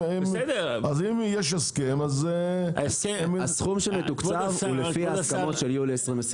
אם יש הסכם --- הסכום שמתוקצב הוא לפי ההסכמות של יולי 2022